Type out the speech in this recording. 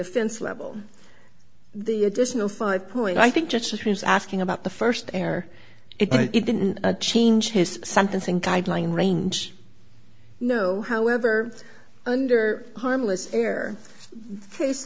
offense level the additional five point i think just means asking about the first heir it didn't change his sentencing guideline range no however under harmless error case